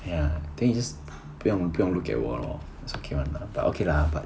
ya then you just 不用不用 look at 我 lor it's okay one lah but okay lah but